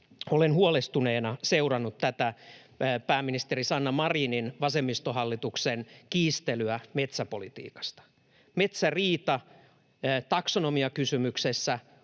olen huolestuneena seurannut tätä pääministeri Sanna Marinin vasemmistohallituksen kiistelyä metsäpolitiikasta. Metsäriita taksonomiakysymyksessä